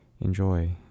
enjoy